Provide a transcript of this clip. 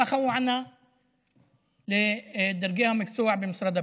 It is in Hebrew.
ככה הוא ענה לדרגי המקצוע במשרד הבריאות.